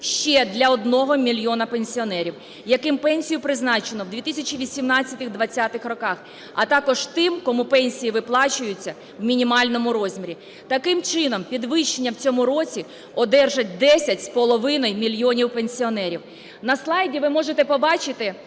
ще для одного мільйона пенсіонерів, яким пенсію призначено у 2018-2020 роках, а також тим, кому пенсії виплачуються у мінімальному розмірі. Таким чином, підвищення в цьому році одержать 10,5 мільйона пенсіонерів. На слайді ви можете побачити,